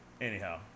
Anyhow